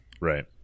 Right